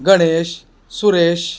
Ganesh Suresh